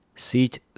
Seat